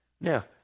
now